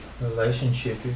relationship